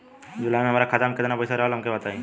जुलाई में हमरा खाता में केतना पईसा रहल हमका बताई?